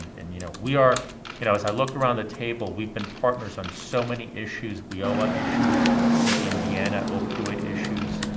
and, you know, we are you know, as i look around the table, we've been partners on so many issues, wioa issues in indiana, opioid issues.